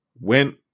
went